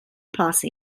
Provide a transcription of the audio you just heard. posse